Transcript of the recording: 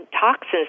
toxins